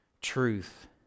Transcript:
truth